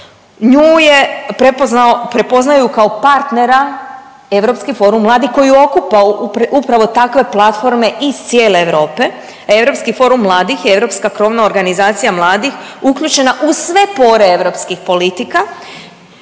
Nju je prepoznao, prepoznaju kao partnera Europski forum mladih koji okuplja upravo takve platforme iz cijele Europe, Europski forum mladih je europska krovna organizacija mladih uključena u sve pore europskih politika